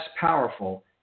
powerful